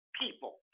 people